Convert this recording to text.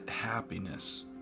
happiness